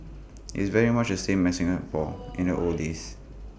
it's very much the same as Singapore in the old days